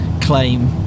claim